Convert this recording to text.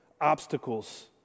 obstacles